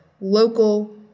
local